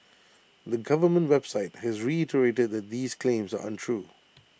the government website has reiterated that these claims are untrue